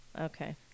Okay